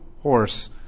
horse